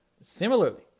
Similarly